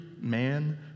man